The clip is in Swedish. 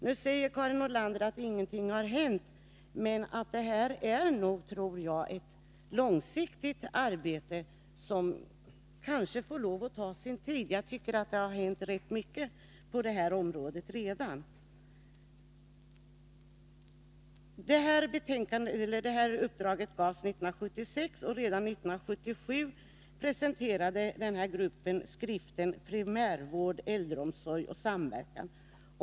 Nu säger Karin Nordlander att ingenting har hänt, men det här är ett långsiktigt arbete som kanske får lov att ta sin tid. Jag tycker att det har hänt rätt mycket på området redan. Uppdraget gavs 1976, och redan 1977 presenterade gruppen skriften Primärvård-äldreomsorger-samverkan.